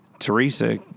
Teresa